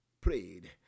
prayed